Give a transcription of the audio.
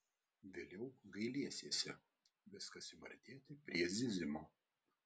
vėliau gailėsiesi viskas ima artėti prie zyzimo